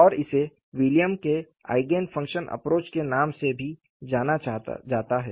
और इसे विलियम के आईगेन फंक्शन अप्रोच के नाम से भी जाना जाता है